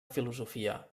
filosofia